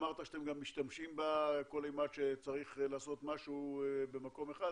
אמרת שכל אימת שצריך לעשות משהו במקום אחד,